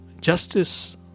justice